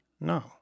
No